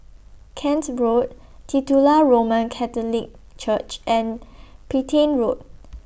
Kent Road Titular Roman Catholic Church and Petain Road